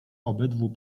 obydwu